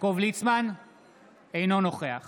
אינו נוכח